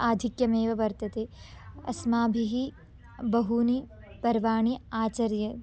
आधिक्यमेव वर्तते अस्माभिः बहूनि पर्वाणि आचर्यन्ते